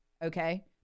Okay